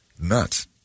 Nuts